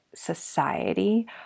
society